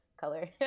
color